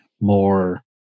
more